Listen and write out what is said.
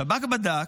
שב"כ בדק,